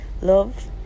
love